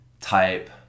type